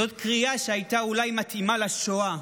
זאת קריאה שהייתה אולי מתאימה לשואה,